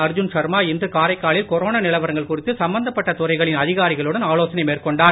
அர்ஜுன் ஷர்மா இன்று காரைக்காலில் கொரோனா நிலவரங்கள் குறித்து சம்பந்தப்பட்ட துறைகளின் அதிகாரிகளுடன் ஆலோசனை மேற்கொண்டார்